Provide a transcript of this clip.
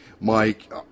Mike